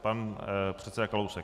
Pan předseda Kalousek.